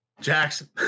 Jackson